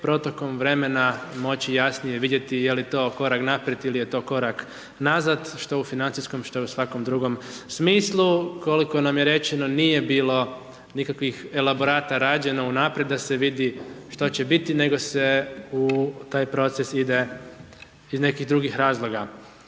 protokom vremena moći jasnije vidjeti je li to korak naprijed ili je to korak nazad, što u financijskom što u svakom drugom smislu. Koliko nam je rečeno, nije bilo nikakvih elaborata rađeno unaprijed, da se vidi što će biti, nego se u taj proces ide iz nekih drugih razloga.